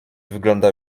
wyglądał